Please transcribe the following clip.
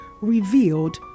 Revealed